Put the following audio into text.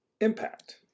impact